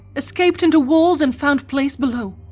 escap'd into walls and founde place below.